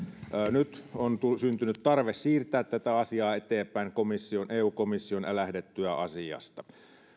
nyt on syntynyt tarve siirtää tätä asiaa eteenpäin eu komission älähdettyä asiasta